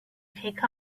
pick